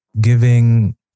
giving